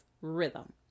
rhythm